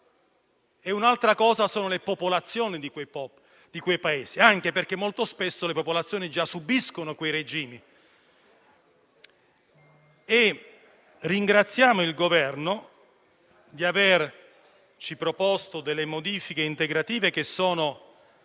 e un'altra sono le popolazioni di quei Paesi, anche perché molto spesso le popolazioni già subiscono quei regimi. Ringraziamo il Governo di averci proposto delle modifiche integrative che sono